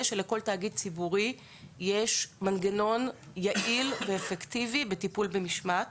שלכל תאגיד ציבורי יש מנגנון יעיל ואפקטיבי בטיפול במשמעת.